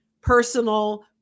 personal